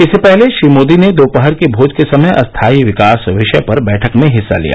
इससे पहले श्री मोदी ने दोपहर के मोज के समय स्थाई विकास विषय पर बैठक में हिस्सा लिया